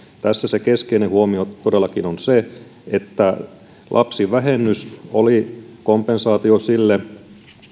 tässä se keskeinen huomio todellakin on se että lapsivähennys oli kompensaatio sille